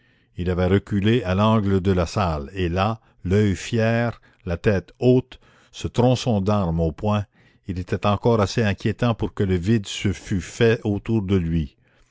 il avait reculé à l'angle de la salle et là l'oeil fier la tête haute ce tronçon d'arme au poing il était encore assez inquiétant pour que le vide se fût fait autour de lui